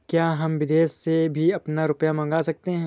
क्या हम विदेश से भी अपना रुपया मंगा सकते हैं?